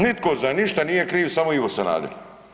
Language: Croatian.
Nitko za ništa nije kriv samo Ivo Sanader.